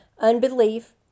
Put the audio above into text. unbelief